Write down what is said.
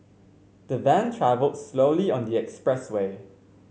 the van travelled slowly on the expressway